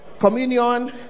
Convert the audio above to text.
communion